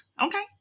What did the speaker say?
Okay